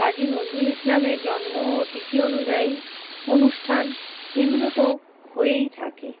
কাজী নজরুল ইসলামের জন্মতিথি অনুযায়ী অনুষ্ঠান এগুলো তো হয়েই থাকে